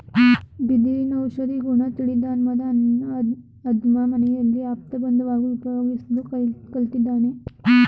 ಬಿದಿರಿನ ಔಷಧೀಗುಣ ತಿಳಿದ್ಮಾನವ ಅದ್ನ ಮನೆಮನೆಯ ಆಪ್ತಬಂಧುವಾಗಿ ಉಪಯೋಗಿಸ್ಲು ಕಲ್ತಿದ್ದಾನೆ